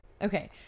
Okay